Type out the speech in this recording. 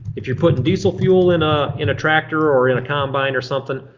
if you're putting diesel fuel in ah in a tractor or in a combine or something,